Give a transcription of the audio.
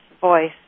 voice